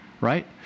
right